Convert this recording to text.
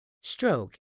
stroke